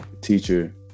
teacher